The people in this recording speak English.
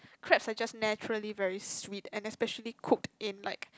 crabs are just naturally very sweet and especially cooked in like